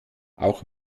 auch